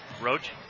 Roach